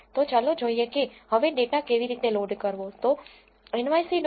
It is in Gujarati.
તો ચાલો જોઈએ કે હવે ડેટા કેવી રીતે લોડ કરવો તો nyc